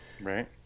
Right